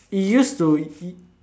it used to